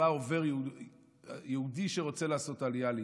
מה עובר יהודי שרוצה לעשות עלייה לישראל.